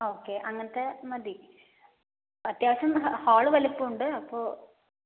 okay അങ്ങനത്തെ മതി അത്യാവശ്യം ഹാൾ വലിപ്പമുണ്ട് അപ്പോൾ